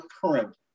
current